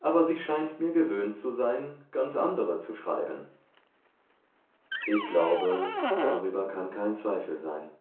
aber sie scheint mir gewöhnt zu sein ganz andere zu schreiben ich glaube darüber kann kein zweifel sein